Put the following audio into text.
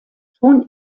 schon